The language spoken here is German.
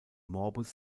morbus